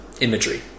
imagery